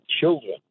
children